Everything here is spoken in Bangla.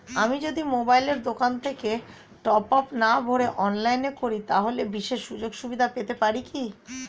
আমি যদি মোবাইলের দোকান থেকে টপআপ না ভরে অনলাইনে করি তাহলে বিশেষ সুযোগসুবিধা পেতে পারি কি?